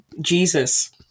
Jesus